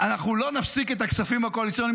אנחנו לא נפסיק את הכספים הקואליציוניים,